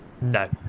no